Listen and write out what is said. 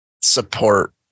support